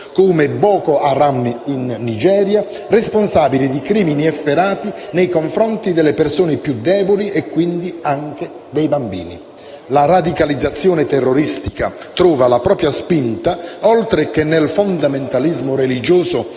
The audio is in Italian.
come Boko Haram in Nigeria, responsabile di crimini efferati nei confronti delle persone più deboli e, quindi, anche dei bambini. La radicalizzazione terroristica trova la propria spinta, oltre che nel fondamentalismo religioso